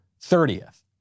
30th